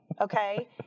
okay